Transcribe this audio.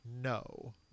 No